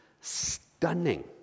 stunning